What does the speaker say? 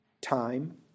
time